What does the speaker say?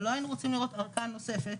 אבל לא היינו רוצים לראות הארכה נוספת